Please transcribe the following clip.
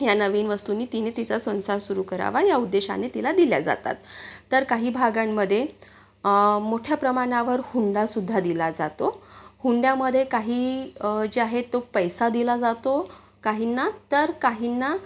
ह्या नवीन वस्तूंनी तिने तिचा संसार सुरू करावा या उद्देशाने तिला दिल्या जातात तर काही भागांमध्ये मोठ्या प्रमाणावर हुंडासुद्धा दिला जातो हुंड्यामध्ये काही जे आहे तो पैसा दिला जातो काहींना तर काहींना